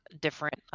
different